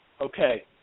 Okay